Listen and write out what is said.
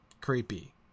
creepy